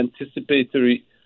anticipatory